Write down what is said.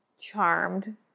charmed